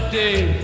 day